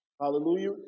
Hallelujah